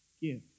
give